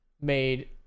made